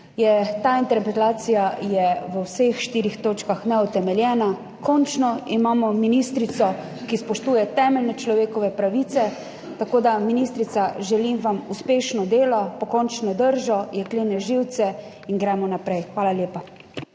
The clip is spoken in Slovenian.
Ta interpelacija je v vseh štirih točkah neutemeljena. Končno imamo ministrico, ki spoštuje temeljne človekove pravice, tako da ministrica, želim vam uspešno delo, pokončno držo, jeklene živce in gremo naprej. Hvala lepa.